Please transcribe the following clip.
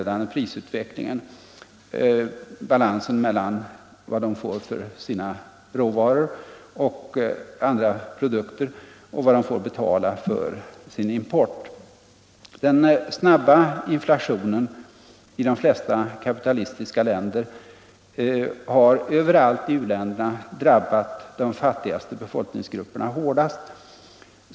Det gäller alltså balansen mellan vad u-länderna får för sina råvaror och andra produkter och vad de får betala för sin import. Den snabba inflationen i de flesta kapitalistiska länder har överallt i u-länderna drabbat de fattigaste befolkningsgrupperna hårdast.